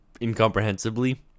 incomprehensibly